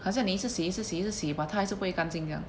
好像你一直洗一直洗一直洗 but 它还是会干净掉